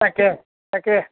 তাকে তাকে